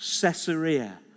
Caesarea